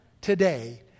today